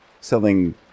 selling